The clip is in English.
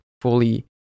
fully